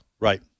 Right